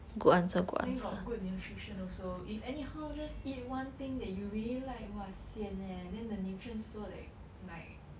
then got good nutrition also if anyhow just eat one thing that you really like !wah! sian leh then the nutrients so like like